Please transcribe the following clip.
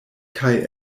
kaj